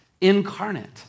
incarnate